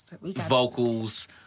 vocals